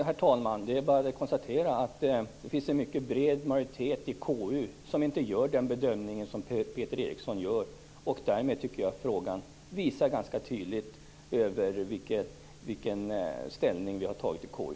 Herr talman! Det är bara att konstatera att det finns en mycket bred majoritet i KU som inte gör den bedömning som Peter Eriksson gör. Därmed tycker jag att frågan ganska tydligt visar vilken ställning vi har tagit i KU.